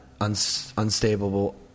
unstable